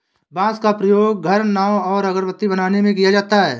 बांस का प्रयोग घर, नाव और अगरबत्ती बनाने में किया जाता है